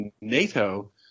NATO